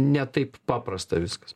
ne taip paprasta viskas